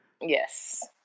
Yes